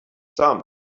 some